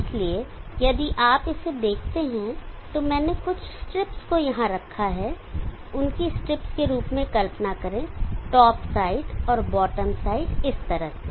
इसलिए यदि आप इसे देखते हैं तो मैंने कुछ स्ट्रिप्स को यहां रखा है उनकी स्ट्रिप्स के रूप में कल्पना करें टॉप साइड और बॉटम साइड इस तरह से